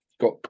Got